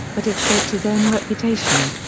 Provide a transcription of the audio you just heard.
but it shaped his own reputation.